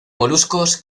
moluscos